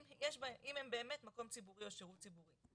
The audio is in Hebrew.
אם הם באמת מקום ציבורי או שירות ציבורי,